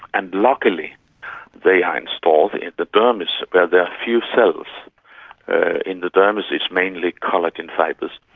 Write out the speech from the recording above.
and luckily they are installed in the dermis where there are few cells in the dermis, it's mainly collagen fibres,